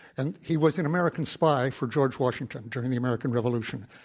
and he was an american spy for george washington during the american revolution,